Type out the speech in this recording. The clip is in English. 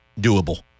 doable